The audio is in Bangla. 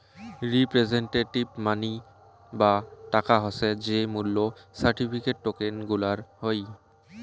রিপ্রেসেন্টেটিভ মানি বা টাকা হসে যে মূল্য সার্টিফিকেট, টোকেন গুলার হই